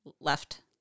left